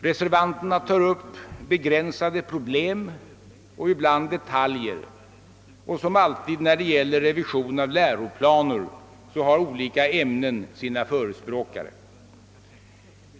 Reservanterna tar upp begränsade problem och ibland detaljer, och som alltid när det gäller en revision av läroplaner har olika ämnen sina förespråkare.